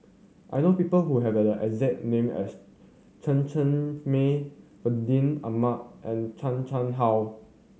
I know people who have the exact name as Chen Cheng Mei Fandi Ahmad and Chan Chang How